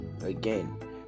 again